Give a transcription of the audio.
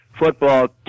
Football